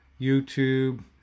YouTube